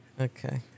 Okay